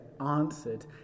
answered